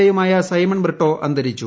എയുമായ സൈമൺ ബ്രിട്ടോ അന്തരിച്ചു